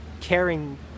caring